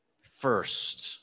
first